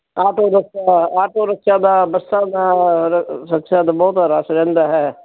auto rickshaw auto rickshaw ਦਾ ਬੱਸਾਂ ਦਾ ਰਕਸ਼ਿਆਂ ਦਾ ਬਹੁਤ ਰਸ਼ ਰਹਿੰਦਾ ਹੈ